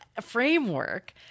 framework